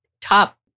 top